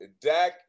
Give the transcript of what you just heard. Dak